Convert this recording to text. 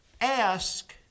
Ask